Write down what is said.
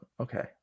Okay